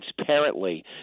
transparently